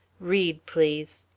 read, please.